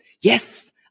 Yes